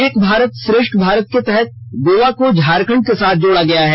एक भारत श्रेष्ठ भारत के तहत गोवा को झारखंड के साथ जोड़ा गया है